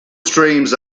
streams